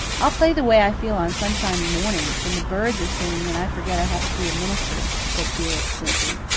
i'll play the way i feel on sunshiny mornings, when the birds are singing and i forget i have to be a minister, said felix simply.